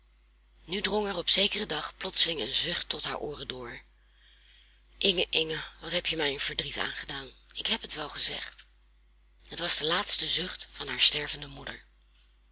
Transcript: nu drong er op zekeren dag plotseling een zucht tot haar ooren door inge inge wat heb je mij een verdriet aangedaan ik heb het wel gezegd het was de laatste zucht van haar stervende moeder